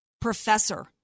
professor